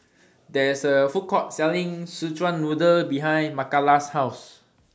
There IS A Food Court Selling Szechuan Noodle behind Makala's House